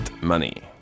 money